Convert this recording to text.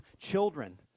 children